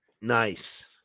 Nice